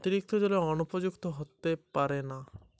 অতিরিক্ত জলসেচের ফলে কি মৃত্তিকা চাষের অনুপযুক্ত হয়ে ওঠে?